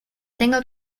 tengo